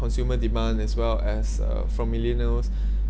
consumer demand as well as uh from millennials